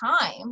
time